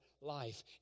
life